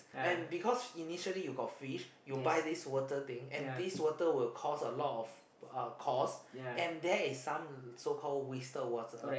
and because initially you got fish you buy this water thing and this water will cost a lot of uh cost and that is some so called wasted water